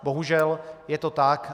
Bohužel je to tak.